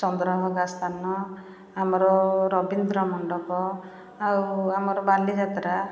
ଚନ୍ଦ୍ରଭାଗା ସ୍ଥାନ ଆମର ରବୀନ୍ଦ୍ର ମଣ୍ଡପ ଆଉ ଆମର ବାଲିଯାତ୍ରା